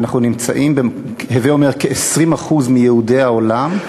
הווי אומר כ-20% מיהודי העולם,